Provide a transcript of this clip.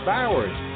Bowers